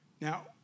Now